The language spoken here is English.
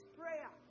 prayer